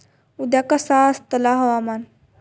उद्या कसा आसतला हवामान?